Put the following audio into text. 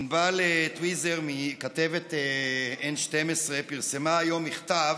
ענבל טויזר, כתבת N12, פרסמה היום מכתב